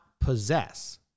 possess